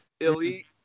elite